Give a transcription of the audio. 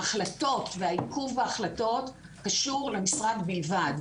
ההחלטות והעיכוב בהחלטות קשור למשרד בלבד.